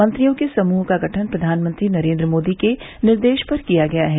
मंत्रियों के समूह का गठन प्रधानमंत्री नरेन्द्र मोदी के निर्देश पर किया गया है